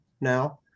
now